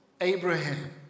Abraham